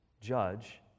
judge